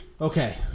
Okay